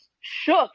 shook